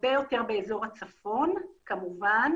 הרבה יותר באזור הצפון כמובן,